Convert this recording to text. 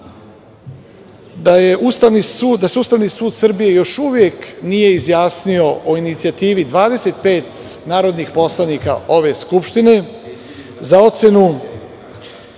da se Ustavni sud Srbije još uvek nije izjasnio o inicijativi 25 narodnih poslanika ove Skupštine za ocenu